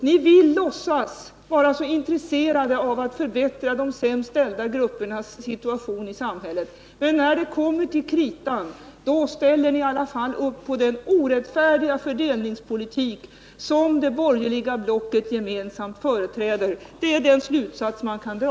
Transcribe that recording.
Ni låtsas vara intresserade av att förbättra de sämst ställda gruppernas situation i samhället, men när det kommer till kritan ställer ni i alla fall upp på den orättfärdiga fördelningspolitik som det borgerliga blocket gemensamt företräder. Det är den slutsats man kan dra.